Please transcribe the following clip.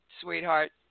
sweetheart